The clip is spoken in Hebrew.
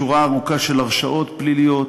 שורה ארוכה של הרשעות פליליות,